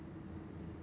okay